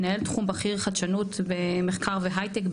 מנהל תחום בכיר חדשנות ומחקר והייטק,